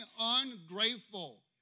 ungrateful